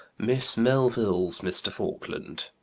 miss melville's mr. faulkland.